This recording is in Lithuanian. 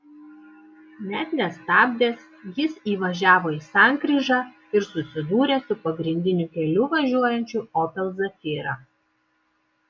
net nestabdęs jis įvažiavo į sankryžą ir susidūrė su pagrindiniu keliu važiuojančiu opel zafira